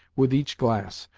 with each glass,